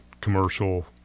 commercial